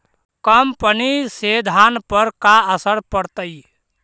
कम पनी से धान पर का असर पड़तायी?